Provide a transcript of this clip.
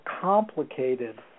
complicated